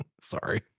sorry